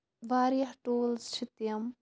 واریاہ ٹوٗلٕز چھِ تِم